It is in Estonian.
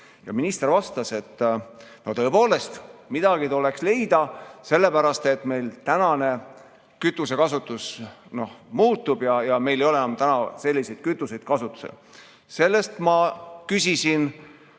Minister vastas, et tõepoolest midagi tuleks leida, sellepärast et meil tänane kütusekasutus muutub ja meil ei ole enam selliseid kütuseid kasutusel. Sellest ma küsisin